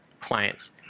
clients